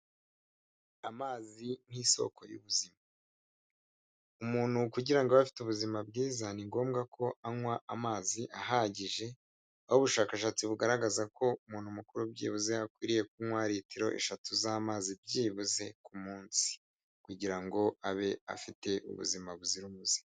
Amazi nk'isoko y'ubuzima. Umuntu kugirango abe afite ubuzima bwiza ni ngombwa ko anywa amazi ahagije aho ubushakashatsi bugaragaza ko umuntu mukuru byibuze akwiriye kunywa litiro eshatu z'amazi byibuze ku munsi kugira ngo abe afite ubuzima buzira umuze.